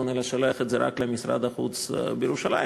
אלא שולח את זה רק למשרד החוץ בירושלים,